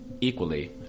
equally